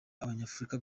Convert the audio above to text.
abanyafurika